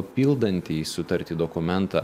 pildantį sutartį dokumentą